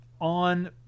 on